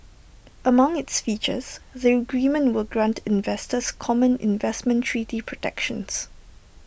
among its features the agreement will grant investors common investment treaty protections